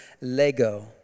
lego